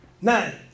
Nine